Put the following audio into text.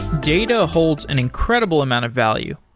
data holds an incredible amount of value,